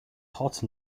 hot